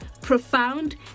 profound